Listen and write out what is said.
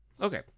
Okay